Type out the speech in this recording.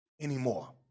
anymore